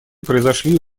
произошли